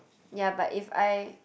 ya but if I